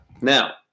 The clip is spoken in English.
Now